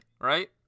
right